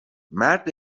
مرد